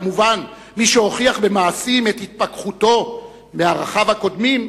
וכמובן מי שהוכיח במעשים את "התפכחותו" מערכיו הקודמים,